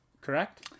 correct